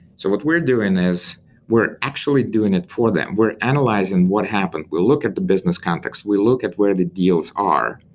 so what we're doing is we're actually doing it for them. we're analyzing what happened. we look at the business context. we look at where the deals are,